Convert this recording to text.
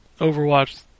Overwatch